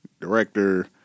director